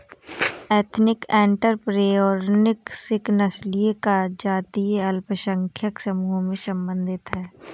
ethnic entrepreneurship नस्लीय या जातीय अल्पसंख्यक समूहों से संबंधित हैं